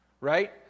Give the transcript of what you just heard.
right